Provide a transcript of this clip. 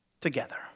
together